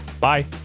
Bye